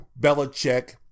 Belichick